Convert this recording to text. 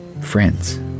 friends